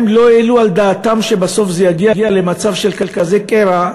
הם לא העלו על דעתם שבסוף זה יגיע למצב של כזה קרע,